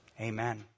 Amen